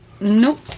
nope